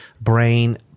Brain